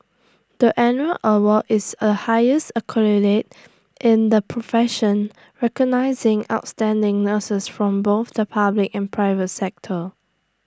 the annual award is A highest accolade in the profession recognising outstanding nurses from both the public and private sector